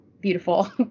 beautiful